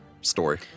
story